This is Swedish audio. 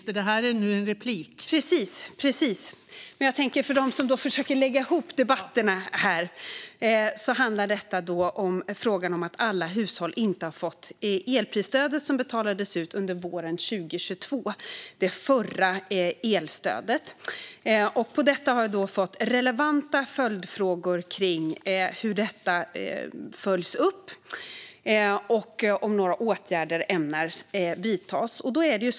Fru talman! Vi ska ta vid där vi började strax före pausen. Detta handlar om att Fredrik Olovsson har frågat mig på vilken grund jag har baserat mitt uttalande om att inte alla hushåll har fått det förra elstödet, som betalades ut under våren 2022. Jag har fått relevanta följdfrågor om hur detta följs upp och om vi ämnar vidta några åtgärder.